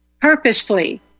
purposely